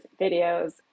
videos